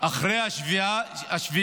אחרי 7 באוקטובר.